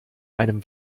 einem